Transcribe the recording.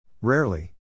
Rarely